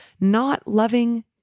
not-loving